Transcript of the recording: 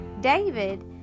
David